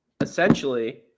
essentially